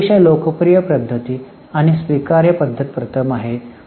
अतिशय लोकप्रिय पद्धती आणि स्वीकार्य पद्धत प्रथम आहे